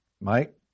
Mike